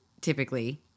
typically